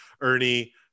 Ernie